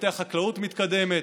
לפתח חקלאות מתקדמת,